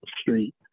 Street